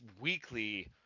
weekly